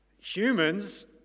Humans